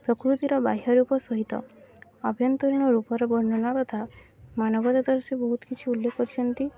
ପ୍ରକୃତିର ବାହ୍ୟ ରୂପ ସହିତ ଆଭ୍ୟନ୍ତରୀଣ ରୂପର ବର୍ଣ୍ଣନା କଥା ମାନବତାଦର୍ଶୀ ବହୁତ କିଛି ଉଲ୍ଲେଖ କରିଛନ୍ତି